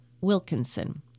Wilkinson